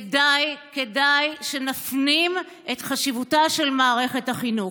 כדאי, כדאי שנפנים את חשיבותה של מערכת החינוך.